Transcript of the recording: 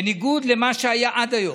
בניגוד למה שהיה עד היום,